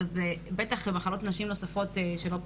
ללכת אולי למקום שהם יבחרו נשים בנות 30 לשמר להן